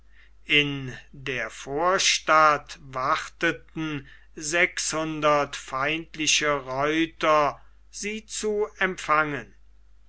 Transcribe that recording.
in der vorstadt warteten sechshundert feindliche reiter sie zu empfangen